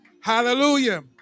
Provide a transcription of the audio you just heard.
Hallelujah